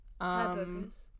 Hamburgers